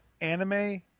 anime